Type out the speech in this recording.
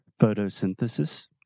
Photosynthesis